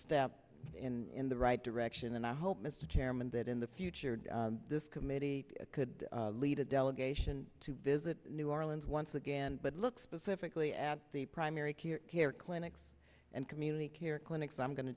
step in the right direction and i hope mr chairman that in the future this committee could lead a delegation to visit new orleans once again but look specifically at the primary care care clinics and community care clinics i'm go